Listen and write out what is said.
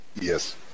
Yes